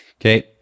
Okay